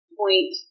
point